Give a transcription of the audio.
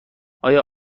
آیا